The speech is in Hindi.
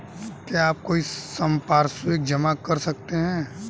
क्या आप कोई संपार्श्विक जमा कर सकते हैं?